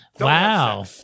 wow